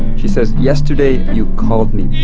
she says, yesterday you called me